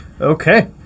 okay